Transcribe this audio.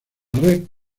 red